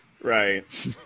Right